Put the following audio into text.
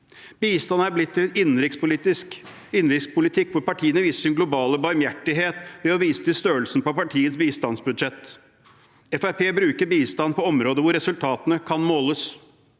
Bistand har blitt til innenrikspolitikk, hvor partiene viser sin globale barmhjertighet ved å vise til størrelsen på partiets bistandsbudsjett. Fremskrittspartiet bruker bistand på områder hvor resultatene kan måles.